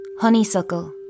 Honeysuckle